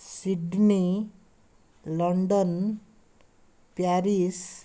Sydney London Paris